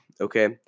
okay